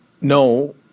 No